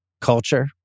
culture